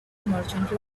merchant